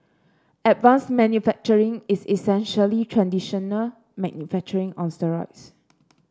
advanced manufacturing is essentially traditional manufacturing on steroids